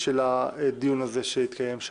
בנושא: "השפלות שחווים נוסעים בתחבורה הציבורית בשל חוסר